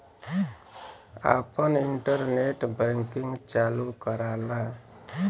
आपन internet banking चालू कराला